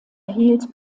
erhielt